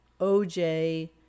OJ